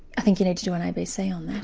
i think you need to do an abc on that.